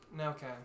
Okay